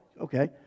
okay